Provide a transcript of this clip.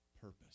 purpose